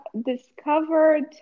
discovered